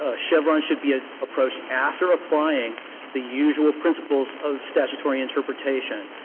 ah chevron should be ah approached after applying the usual principles of statutory interpretation,